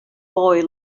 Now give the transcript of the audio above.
boy